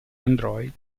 android